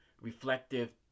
reflective